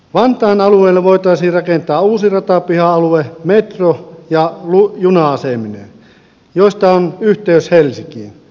vantaan alueelle voitaisiin rakentaa uusi ratapiha alue metro ja juna asemineen joista on yhteys helsinkiin